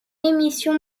émission